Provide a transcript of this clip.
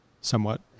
Somewhat